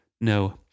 No